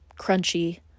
crunchy